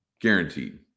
guaranteed